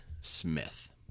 Smith